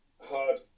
hard